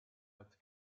als